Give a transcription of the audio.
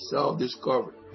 Self-discovery